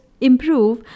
improve